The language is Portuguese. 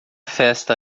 festa